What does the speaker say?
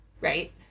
right